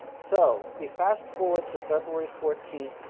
so we fast forward to february fourteenth,